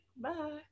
bye